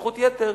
זכות יתר,